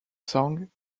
song